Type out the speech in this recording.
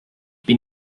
bin